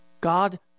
God